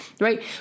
right